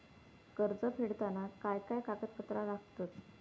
कर्ज फेडताना काय काय कागदपत्रा लागतात?